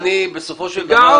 תודה, חברים.